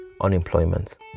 Unemployment